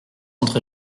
entre